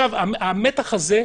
המתח הזה,